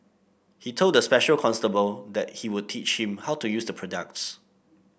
he told the special constable that he would teach him how to use the products